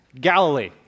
Galilee